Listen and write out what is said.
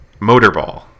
motorball